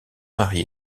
mari